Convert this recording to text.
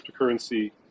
cryptocurrency